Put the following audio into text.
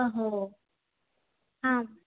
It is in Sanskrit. अहो आम्